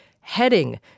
heading